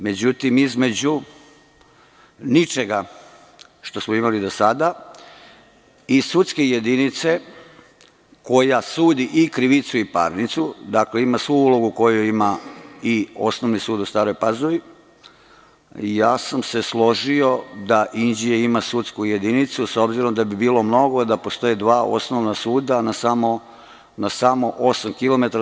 Međutim, između ničega što smo imali do sada i sudske jedinice koja sudi i krivicu i parnicu, dakle, ima svu ulogu koju ima i Osnovni sud u Staroj Pazovi, ja sam se složio da Inđija ima sudsku jedinicu, s obzirom da bi bilo mnogo da postoje dva osnovna suda na samo osam kilometara.